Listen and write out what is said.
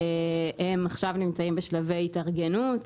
הם נמצאים עכשיו בשלבי התארגנות,